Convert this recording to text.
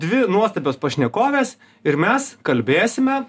dvi nuostabios pašnekovės ir mes kalbėsime